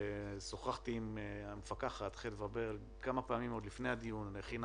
שוחחתי עם המפקחת חדווה ברג כמה פעמים לפני הדיון והיא גם הכינה